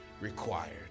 required